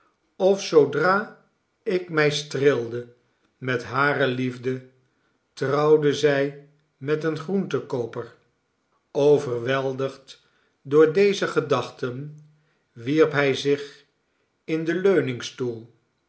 of zoodra ik mij streelde met hare liefde trouwde zij met een groentekooper overweldigd door deze gedachten wierp hij zich in den